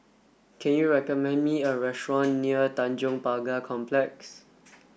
can you recommend me a restaurant near Tanjong Pagar Complex